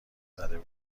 زده